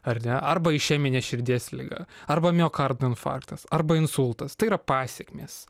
ar ne arba išeminė širdies liga arba miokardo infarktas arba insultas tai yra pasekmės